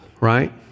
right